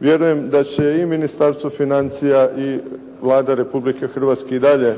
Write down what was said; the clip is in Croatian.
Vjerujem da će i Ministarstvo financija i Vlada Republike Hrvatske i dalje